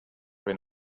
ben